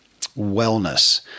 wellness